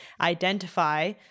identify